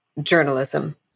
journalism